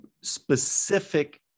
specific